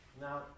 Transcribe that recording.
Now